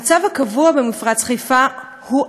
המצב הקבוע במפרץ חיפה הוא אסון,